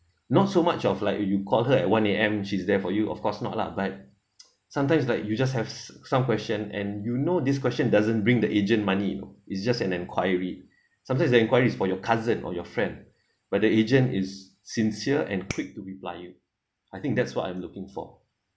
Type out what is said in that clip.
not so much of like uh you call her at one A_M she's there for you of course not lah but sometimes like you just have some some question and you know this question doesn't bring the agent money you know it's just an inquiry sometimes is inquiries for your cousin or your friend where the agent is sincere and quick to reply you I think that's what I'm looking for